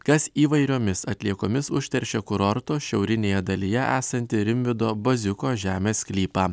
kas įvairiomis atliekomis užteršė kurorto šiaurinėje dalyje esantį rimvydo baziuko žemės sklypą